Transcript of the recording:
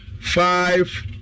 five